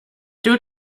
due